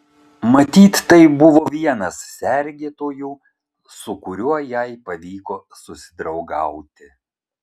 matyt tai buvo vienas sergėtojų su kuriuo jai pavyko susidraugauti